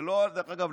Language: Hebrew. דרך אגב,